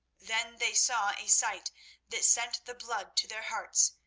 then they saw a sight that sent the blood to their hearts,